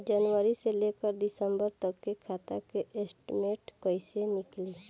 जनवरी से लेकर दिसंबर तक के खाता के स्टेटमेंट कइसे निकलि?